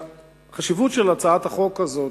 החשיבות של הצעת החוק הזאת,